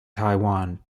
taiwan